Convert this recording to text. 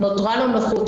נותרה לו נכות,